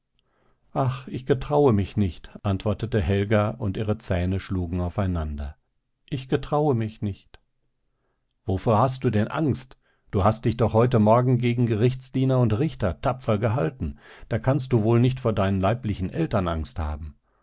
ach ich getraue mich nicht antwortete helga und ihre zähne schlugen aufeinander ich getraue mich nicht wovor hast du denn angst du hast dich doch heute morgen gegen gerichtsdiener und richter tapfer gehalten da kannst du wohl nicht vor deinen leiblichen eltern angst haben